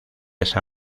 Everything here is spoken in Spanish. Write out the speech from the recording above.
esa